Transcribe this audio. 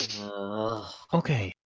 Okay